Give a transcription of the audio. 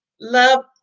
Love